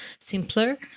simpler